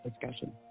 discussion